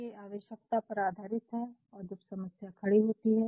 क्योंकि ये आवश्यकता पर आधारित है और जब समस्या खड़ी होती है